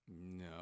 No